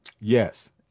Yes